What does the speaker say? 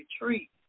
retreat